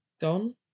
gone